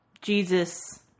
Jesus